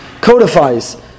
codifies